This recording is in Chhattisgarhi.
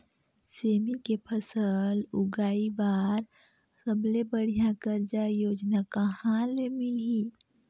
सेमी के फसल उगाई बार सबले बढ़िया कर्जा योजना कहा ले मिलही?